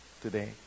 today